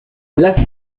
las